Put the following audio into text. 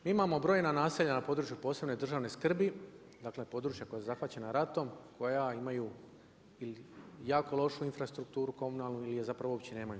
Mi imamo brojna naselja na području od posebne državne skrbi, dakle područja koja su zahvaćena ratom, koja imaju ili jako lošu infrastrukturu, komunalnu ili je zapravo uopće nemaju.